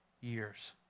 years